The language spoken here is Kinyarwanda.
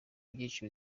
byinshi